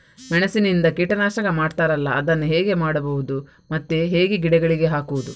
ಮೆಣಸಿನಿಂದ ಕೀಟನಾಶಕ ಮಾಡ್ತಾರಲ್ಲ, ಅದನ್ನು ಹೇಗೆ ಮಾಡಬಹುದು ಮತ್ತೆ ಹೇಗೆ ಗಿಡಗಳಿಗೆ ಹಾಕುವುದು?